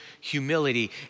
humility